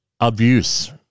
Abuse